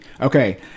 okay